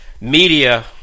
media